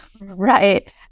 Right